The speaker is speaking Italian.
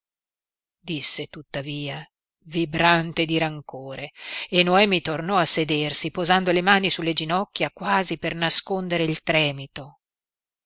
basterebbero disse tuttavia vibrante di rancore e noemi tornò a sedersi posando le mani sulle ginocchia quasi per nascondere il tremito